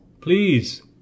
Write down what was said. please